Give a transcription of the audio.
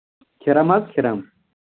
کھِرم حظ کھِرم